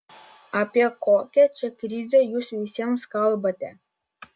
apie kokią čia krizę jūs visiems kalbate